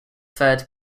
third